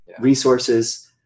resources